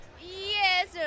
Yes